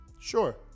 sure